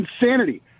insanity